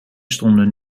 stonden